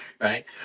right